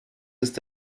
ist